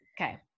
Okay